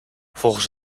volgens